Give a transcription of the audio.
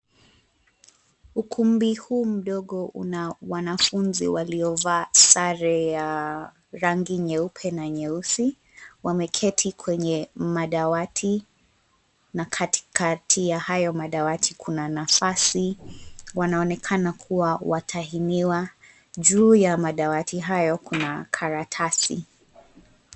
Ukumbi huu mdogo una wanafunzi waliovaa sare ya rangi nyeupe na nyeusi. Wameketi kwenye madawati na katikati ya hayo madawati kuna nafasi. Wanaonekana kuwa watahiniwa. Juu ya madawati hayo kuna karatasi.